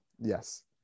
Yes